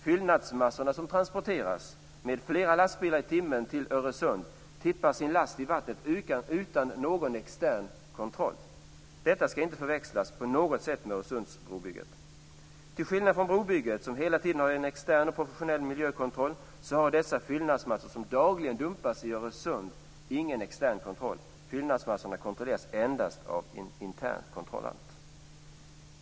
Fyllnadsmassorna som transporteras med flera lastbilar i timmen till Öresund tippar sin last i vattnet utan någon extern kontroll. Detta skall inte på något sätt förväxlas med Öresundsbrobygget. Till skillnad från brobygget, som hela tiden har en extern och professionell miljökontroll, har dessa fyllnadsmassor som dagligen dumpas i Öresund ingen extern kontroll. Fyllnadsmassorna kontrolleras endast av en intern kontrollant.